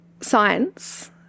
science